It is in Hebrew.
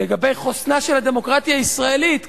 לגבי חוסנה של הדמוקרטיה הישראלית,